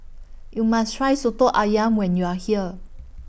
YOU must Try Soto Ayam when YOU Are here